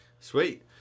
Sweet